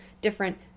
different